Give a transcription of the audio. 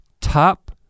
top